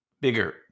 bigger